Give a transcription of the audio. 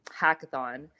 hackathon